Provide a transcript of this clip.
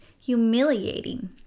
humiliating